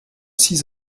six